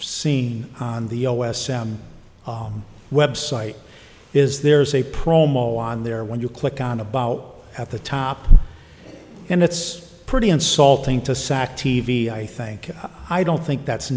seen on the o s m website is there's a promo on there when you click on a bow at the top and it's pretty insulting to sack t v i think i don't think that's